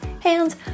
hands